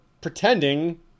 pretending